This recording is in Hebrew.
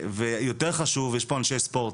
ויותר חשוב, יש פה אנשי ספורט,